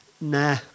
Nah